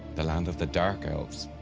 the land of the dark elves,